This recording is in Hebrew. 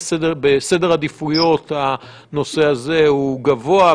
בסדר העדיפויות הנושא הזה הוא גבוה,